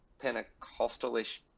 Pentecostalish